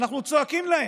ואנחנו צועקים להם,